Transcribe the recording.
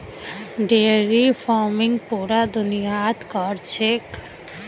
dairy farming पूरा दुनियात क र छेक